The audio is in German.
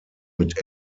mit